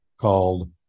called